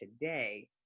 today